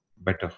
better